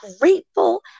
grateful